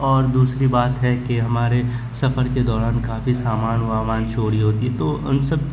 اور دوسری بات ہے کہ ہمارے سفر کے دوران کافی سامان وامان چوری ہوتی تو ان سب